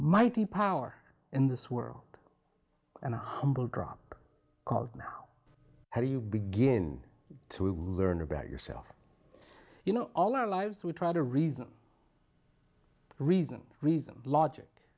mighty power in this world and a humble drop how do you begin to learn about yourself you know all our lives we try to reason reason reason logic